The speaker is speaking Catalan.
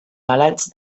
malalts